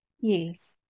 Yes